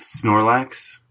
Snorlax